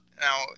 now